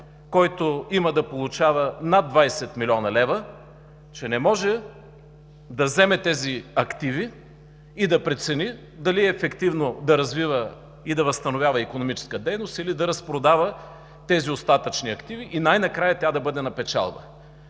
който има да получава над 20 млн. лв., че не може да вземе тези активи и да прецени дали ефективно да развива и да възстановява икономическа дейност, или да разпродава тези остатъчни активи и най-накрая тя да бъде на печалба.